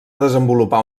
desenvolupar